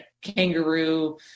kangaroo